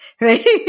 right